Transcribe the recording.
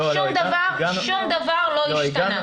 שום דבר לא השתנה.